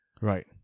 Right